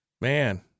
Man